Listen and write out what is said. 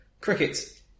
Cricket